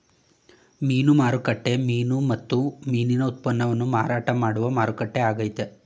ಮೀನು ಮಾರುಕಟ್ಟೆ ಮೀನು ಮತ್ತು ಮೀನಿನ ಉತ್ಪನ್ನವನ್ನು ಮಾರಾಟ ಮಾಡುವ ಮಾರುಕಟ್ಟೆ ಆಗೈತೆ